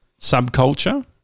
subculture